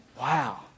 wow